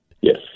Yes